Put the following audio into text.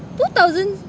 two thousand